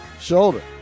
shoulder